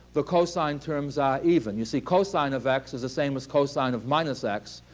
the cosine terms are even. you see, cosine of x is the same as cosine of minus x.